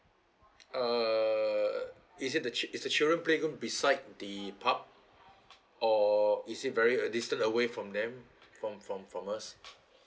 uh is it the chi~ is the children play room beside the pub or is it very a distance away from them from from from us